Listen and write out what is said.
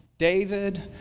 David